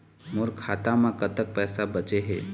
मोर म कतक पैसा बचे हे?